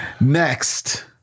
Next